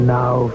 now